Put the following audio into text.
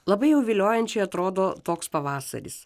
labai jau viliojančiai atrodo toks pavasaris